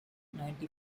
ninety